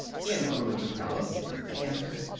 in a room of the palace, he answered.